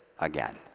again